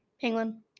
Penguin